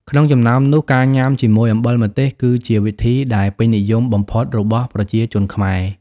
ក្នុងចំណោមនោះ ការញ៉ាំជាមួយ អំបិលម្ទេស គឺជាវិធីដែលពេញនិយមបំផុត របស់ប្រជាជនខ្មែរ។